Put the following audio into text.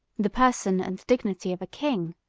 the person and dignity of a king,